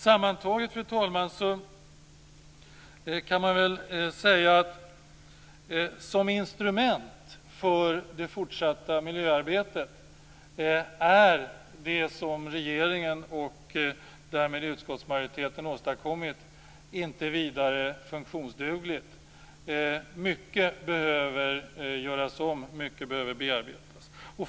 Sammantaget, fru talman, kan man väl säga att som instrument för det fortsatta miljöarbetet är det som regeringen och därmed utskottsmajoriteten har åstadkommit inte vidare funktionsdugligt. Mycket behöver göras om, mycket behöver bearbetas.